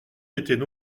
étaient